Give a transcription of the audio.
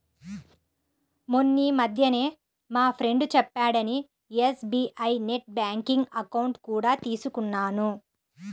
మొన్నీమధ్యనే మా ఫ్రెండు చెప్పాడని ఎస్.బీ.ఐ నెట్ బ్యాంకింగ్ అకౌంట్ కూడా తీసుకున్నాను